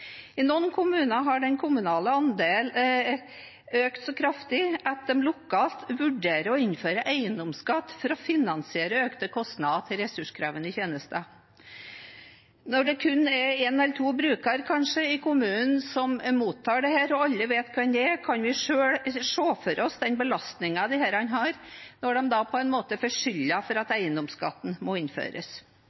I noen kommuner har den kommunale andelen økt så kraftig at de lokalt vurderer å innføre eiendomsskatt for å finansiere økte kostnader til ressurskrevende tjenester. Når det kun er kanskje en eller to brukere i kommunen som mottar dette, og alle vet hvem det er, kan vi selv se for oss den belastningen disse har når de da på en måte får skylden for at eiendomsskatten må innføres.